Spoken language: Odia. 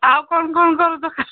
ଆଉ କ'ଣ କ'ଣ